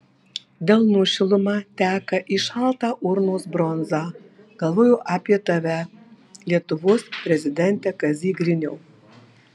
delnų šiluma teka į šaltą urnos bronzą galvoju apie tave lietuvos prezidente kazy griniau